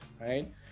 right